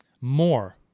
more